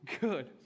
good